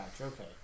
Okay